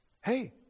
Hey